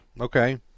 Okay